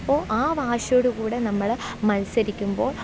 അപ്പോൾ ആ വാശിയോട് കൂടെ നമ്മള് മത്സരിക്കുമ്പോൾ